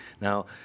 Now